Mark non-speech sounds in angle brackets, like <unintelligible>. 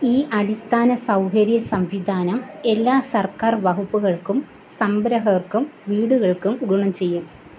ഈ അടിസ്ഥാന സൗകര്യ സംവിധാനം എല്ലാ സർക്കാർ വകുപ്പുകൾക്കും <unintelligible> ർക്കും വീടുകൾക്കും ഗുണം ചെയ്യും